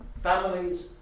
families